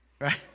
right